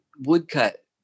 woodcut